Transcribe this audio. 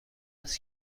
است